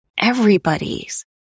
everybody's